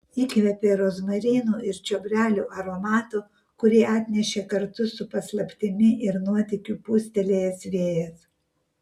įkvėpė rozmarinų ir čiobrelių aromato kurį atnešė kartu su paslaptimi ir nuotykiu pūstelėjęs vėjas